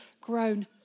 grown